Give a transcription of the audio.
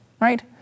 right